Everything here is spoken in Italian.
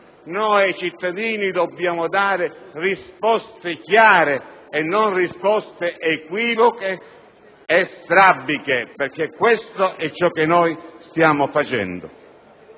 ai cittadini dobbiamo dare risposte chiare e non risposte equivoche e strabiche, perché questo è ciò che stiamo facendo.